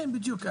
כן בדיוק,